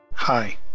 Hi